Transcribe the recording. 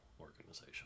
organization